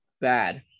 bad